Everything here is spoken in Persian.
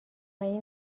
این